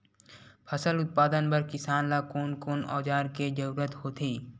फसल उत्पादन बर किसान ला कोन कोन औजार के जरूरत होथे?